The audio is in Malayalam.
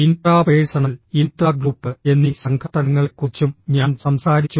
ഇൻട്രാ പേഴ്സണൽ ഇൻട്രാഗ്രൂപ്പ് എന്നീ സംഘട്ടനങ്ങളെക്കുറിച്ചും ഞാൻ സംസാരിച്ചു